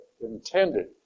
intended